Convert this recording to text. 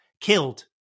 killed